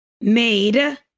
made